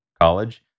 college